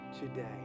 today